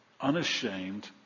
unashamed